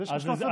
אז יש 13 דקות.